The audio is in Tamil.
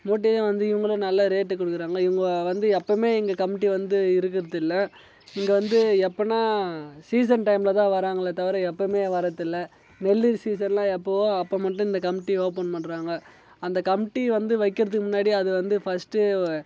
மூட்டையும் வந்து இவங்களும் நல்ல ரேட்டு கொடுக்குறாங்க இவங்க வந்து எப்போமே எங்கள் கமிட்டி வந்து இருக்குறதில்லை இங்கே வந்து எப்படின்னா சீசன் டைம்ல தான் வர்றாங்களே தவிர எப்போமே வர்றதில்லை நெல் சீசன் எல்லாம் எப்பவோ அப்போ மட்டும் இந்த கமிட்டி ஓப்பன் பண்ணுறாங்க அந்த கமிட்டி வந்து வைக்கறதுக்கு முன்னாடி அது வந்து ஃபர்ஸ்டு